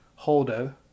Holdo